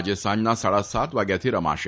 આજે સાંજે સાડા સાત વાગ્યાથી રમાશે